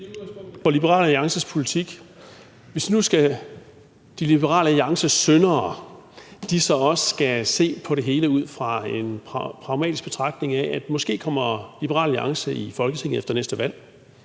som Liberal Alliances politik. Hvis nu Liberal Alliances syndere skal se på det hele ud fra en pragmatisk betragtning af, at Liberal Alliance måske kommer i Folketinget efter næste valg